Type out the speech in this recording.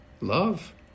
Love